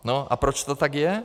No, a proč to tak je?